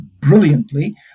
brilliantly